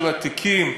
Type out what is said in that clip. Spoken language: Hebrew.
של התיקים,